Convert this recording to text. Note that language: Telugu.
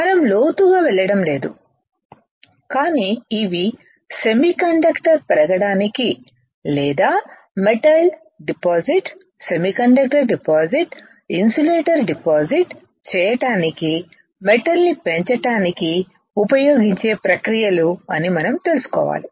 మనం లోతుగా వెళ్ళడం లేదు కాని ఇవి సెమీకండక్టర్ పెరగడానికి లేదా metal deposit semiconductor deposit insulator deposit చేయడానికి మెటల్ ని పెంచడానికి ఉపయోగించే ప్రక్రియలు అని మనం తెలుసుకోవాలి